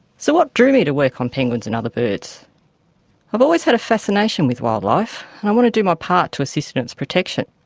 so, what drew me to work on penguins and other birds? i have always had a fascination with wildlife and i want to do my part to assist in its protection.